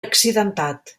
accidentat